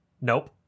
Nope